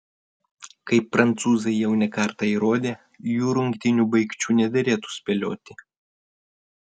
kaip prancūzai jau ne kartą įrodė jų rungtynių baigčių nederėtų spėlioti